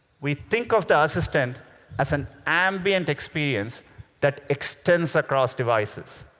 we think of the assistant as an ambient experience that extends across devices.